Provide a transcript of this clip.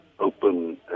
open